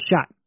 shot